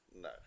no